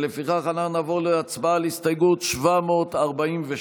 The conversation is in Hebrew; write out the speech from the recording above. אנחנו נעבור להצבעה על הסתייגות 746,